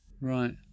Right